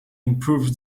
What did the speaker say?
improves